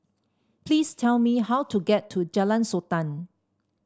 please tell me how to get to Jalan Sultan